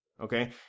okay